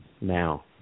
now